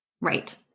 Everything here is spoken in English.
Right